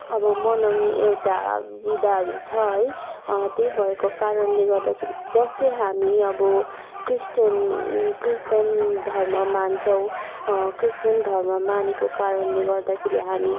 अब मनाउने एउटा विदाहरू छ है त्यही भएको कारणले गर्दाखेरि चाहिँ जस्तै हामी अब क्रिस्टियन क्रिस्टियन धर्म मान्छौँ क्रिस्टियन धर्म मानेको कारणले गर्दाखेरि हामी